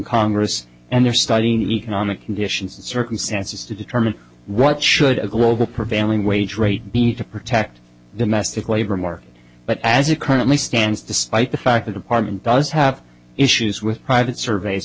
congress and they're studying economic conditions and circumstances to determine what should a global prevailing wage rate be to protect domestic labor market but as it currently stands despite the fact the department does have issues with private surveys